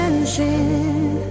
Dancing